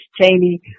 cheney